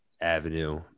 Avenue